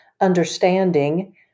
understanding